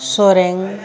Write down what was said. Soreng